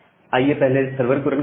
आइए पहले सर्वर को रन करते हैं